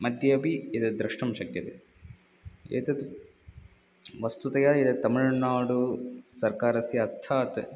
मद्ये अपि एतद् द्रष्टुं शक्यते एतत् वस्तुतया एतत् तमिल्नाडु सर्वकारस्य हस्तात्